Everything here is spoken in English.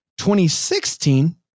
2016